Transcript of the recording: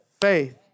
faith